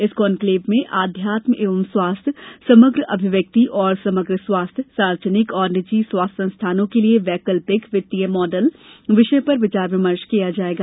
इस कॉन्क्लेव में आध्यात्म एवं स्वास्थ्य समग्र अभिव्यक्ति और समग्र स्वास्थ्य सार्वजनिक और निजी स्वास्थ्य संस्थानों के लिये वैकल्पिक वित्तीय मॉडल विषय पर विचार विमर्श किया जायेगा